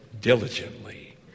diligently